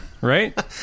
right